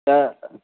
ते